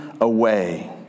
away